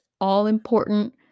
all-important